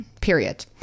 period